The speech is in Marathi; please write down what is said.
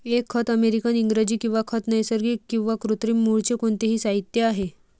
एक खत अमेरिकन इंग्रजी किंवा खत नैसर्गिक किंवा कृत्रिम मूळचे कोणतेही साहित्य आहे